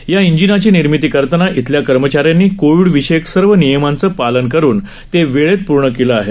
या इंजिनाची निर्मिती करताना इथल्या कर्मचाऱ्यांनी कोविड विषयक सर्व नियमांचं पालन करून ते वेळेत पूर्ण केलं आहे